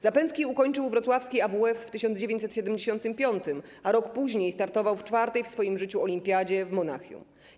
Zapędzki ukończył wrocławski AWF w 1975 r., a rok później startował w czwartej w swoim życiu olimpiadzie w Monachium.